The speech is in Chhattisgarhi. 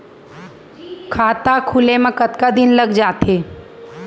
खाता खुले में कतका दिन लग जथे?